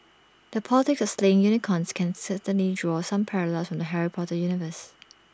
the politics of slaying unicorns can certainly draw some parallels from the Harry Potter universe